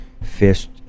fished